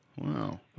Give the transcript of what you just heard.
Wow